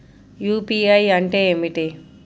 UPI అంటే ఏమిటీ?